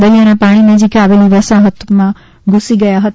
દરિયાના પાણી નજીક આવેલી વસાહતમાં ધૂસી ગયા હતા